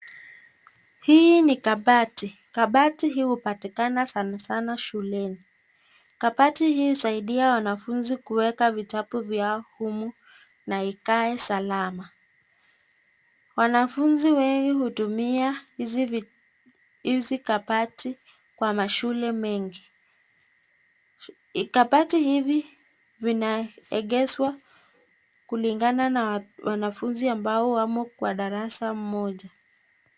Hii ni kabati. Kabati hii hupatikana sana sana shuleni. Kabati hii husaidia wanafunzi kuweka vitabu vyao humu na ikae salama. Wanafunzi wengi hutumia hizi kabati kwa mashule mengi. Kabati hivi vinaegeshwa kulingana na wanafunzi ambao wamo kwa darasa moja.